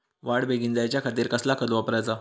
वाढ बेगीन जायच्या खातीर कसला खत वापराचा?